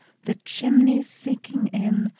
the chimneys sinking in,